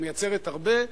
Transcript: ומייצרת הרבה,